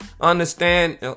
understand